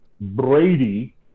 Brady